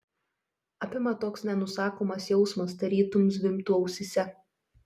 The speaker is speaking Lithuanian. apima toks nenusakomas jausmas tarytum zvimbtų ausyse